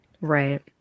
Right